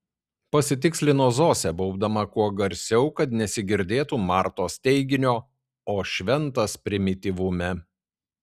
pasitikslino zosė baubdama kuo garsiau kad nesigirdėtų martos teiginio o šventas primityvume